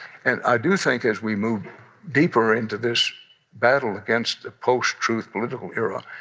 and i do think as we move deeper into this battle against the post-truth political era,